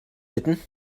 bitten